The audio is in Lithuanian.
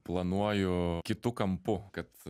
planuoju kitu kampu kad